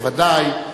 בוודאי,